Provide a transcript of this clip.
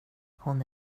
hon